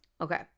Okay